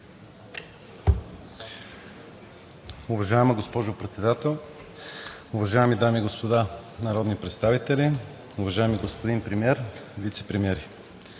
Уважаема госпожо Председател, уважаеми дами и господа народни представители, уважаеми господин Премиер и вицепремиери!